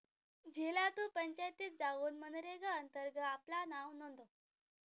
झिला तु पंचायतीत जाउन मनरेगा अंतर्गत आपला नाव नोंदव